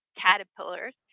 caterpillars